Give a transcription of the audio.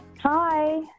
Hi